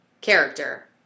character